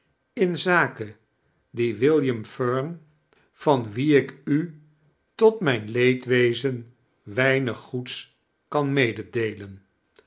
in zake dien william fern van wien ik n tot mijn leedwezen weinig goeds kan meedeelen